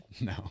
No